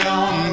on